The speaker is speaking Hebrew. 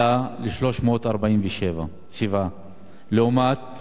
עלה ל-347, לעומת